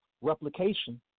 replication